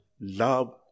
Love